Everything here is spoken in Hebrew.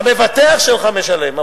המבטח שלך משלם.